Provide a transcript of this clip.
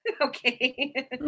okay